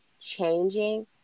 changing